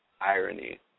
irony